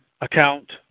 account